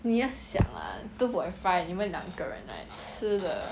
你要想 ah two point five 你们两个 right 吃的